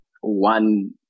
one